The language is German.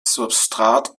substrat